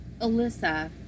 Alyssa